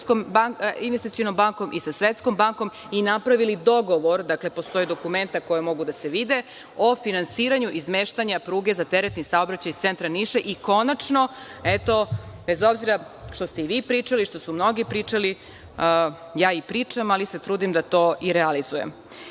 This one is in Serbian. investicionom bankom i sa Svetskom bankom i napravili dogovor, dakle, postoje dokumenta koja mogu da se vide, o finansiranju izmeštanja pruge za teretni saobraćaj iz centra Niša. Konačno, eto, bez obzira što ste i vi pričali, što su mnogi pričali, ja i pričam, ali se trudim da to i realizujem. Što